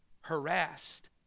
harassed